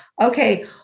Okay